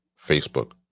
facebook